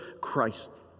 Christ